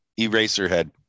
Eraserhead